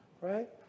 right